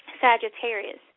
Sagittarius